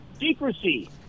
secrecy